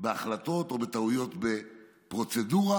בהחלטות ובטעויות בפרוצדורה.